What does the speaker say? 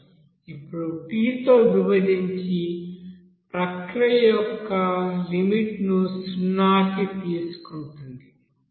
ఇప్పుడు t తో విభజించి ప్రక్రియ యొక్క లిమిట్ ను సున్నాకి తీసుకుంటుంది